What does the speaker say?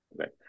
Okay